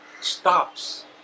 stops